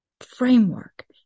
framework